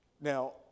Now